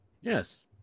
Yes